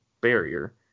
barrier